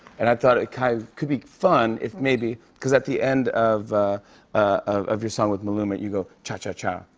and i thought it kind of could be fun if maybe, cause at the end of of your song with maluma, you go cha cha cha.